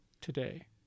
today